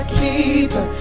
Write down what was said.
keeper